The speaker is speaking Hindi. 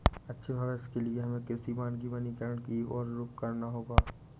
अच्छे भविष्य के लिए हमें कृषि वानिकी वनीकरण की और रुख करना होगा